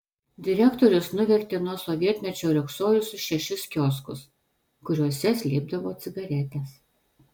direktorius nuvertė nuo sovietmečio riogsojusius šešis kioskus kuriuose slėpdavo cigaretes